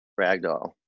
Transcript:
Ragdoll